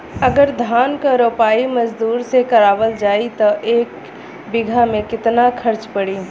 अगर धान क रोपाई मजदूर से करावल जाई त एक बिघा में कितना खर्च पड़ी?